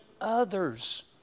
others